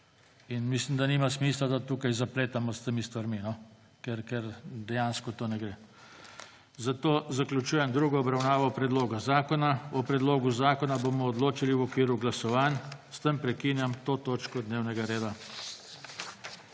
in mislim, da nima smisla, da se tukaj zapletamo s temi stvarmi, ker dejansko to ne gre. Zato zaključujem drugo obravnavo predloga zakona. O predlogu zakona bomo odločali v okviru glasovanj. S tem prekinjam to točko dnevnega reda.